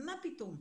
מה פתאום?